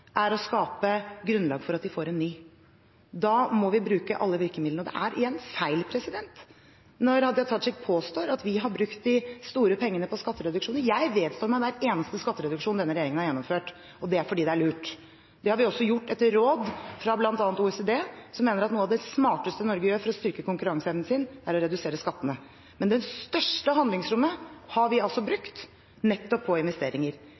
er å skape grunnlag for at de får en ny. Da må vi bruke alle virkemidler. Det er – igjen – feil når Hadia Tajik påstår at vi har brukt de store pengene på skattereduksjoner. Jeg vedstår meg hver eneste skattereduksjon denne regjeringen har gjennomført, og det er fordi det er lurt. Det har vi også gjort etter råd fra bl.a. OECD, som mener at noe av det smarteste Norge gjør for å styrke konkurranseevnen sin, er å redusere skattene. Men det største handlingsrommet har vi altså brukt nettopp på investeringer.